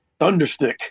Thunderstick